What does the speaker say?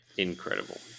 incredible